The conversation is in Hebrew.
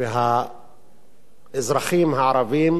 והאזרחים הערבים